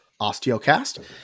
Osteocast